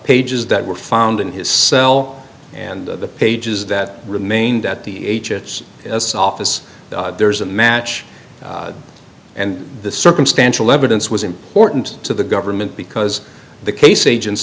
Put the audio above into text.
pages that were found in his cell and the pages that remained at the h s s office there's a match and the circumstantial evidence was important to the government because the case agents